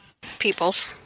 peoples